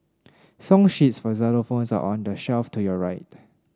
song sheets for xylophones are on the shelf to your right